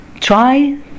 try